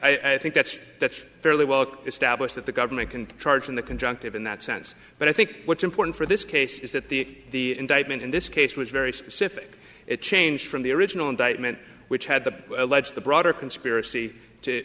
think i think that's that's fairly well established that the government can charge in the conjunctive in that sense but i think what's important for this case is that the indictment in this case was very specific it changed from the original indictment which had the alleged the broader conspiracy to